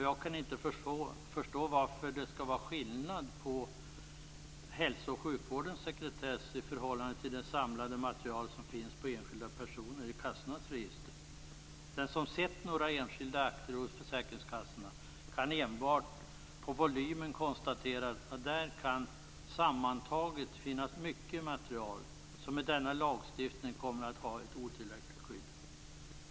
Jag kan inte förstå varför det skall vara skillnad på hälso och sjukvårdens sekretess i förhållande till det samlade material som finns på enskilda personer i kassornas register. Den som sett några enskilda akter hos försäkringskassorna, kan enbart på volymen konstatera att det sammantaget kan finnas mycket material där som med denna lagstiftning kommer att ha ett otillräckligt skydd.